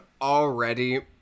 already